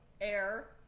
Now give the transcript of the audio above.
air